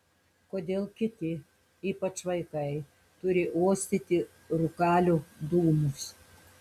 kodėl kiti ypač vaikai turi uostyti rūkalių dūmus